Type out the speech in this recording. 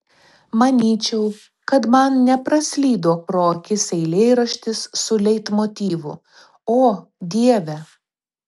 manyčiau kad man nepraslydo pro akis eilėraštis su leitmotyvu o dieve